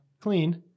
clean